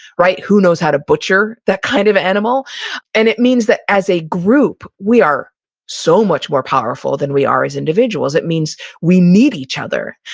who knows how to butcher that kind of animal and it means that as a group, we are so much more powerful than we are as individuals. it means we need each other.